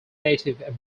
native